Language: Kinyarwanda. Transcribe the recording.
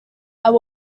aba